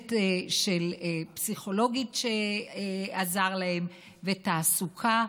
צוות של פסיכולוגים שעזר להם, ותעסוקה.